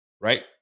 right